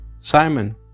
Simon